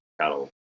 cattle